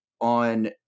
on